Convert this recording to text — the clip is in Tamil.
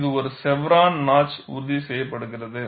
இது ஒரு செவ்ரான் நாட்ச் உறுதி செய்யப்படுகிறது